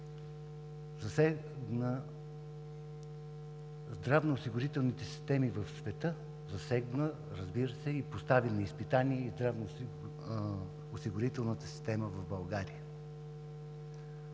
засегна здравноосигурителните системи в света, засегна, разбира се, и постави на изпитание и здравноосигурителната система в България.